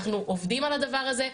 אנחנו עובדים על הדבר הזה.